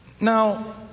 Now